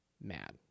mad